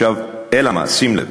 עכשיו, אלא מה, שים לב.